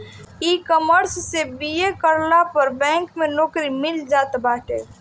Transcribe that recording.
ecommerce से BA करला पअ बैंक में नोकरी मिल जात बाटे